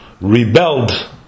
rebelled